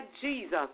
jesus